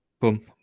boom